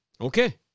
Okay